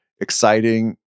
exciting